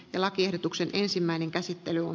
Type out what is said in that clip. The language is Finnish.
lakiehdotuksen ensimmäinen käsittely on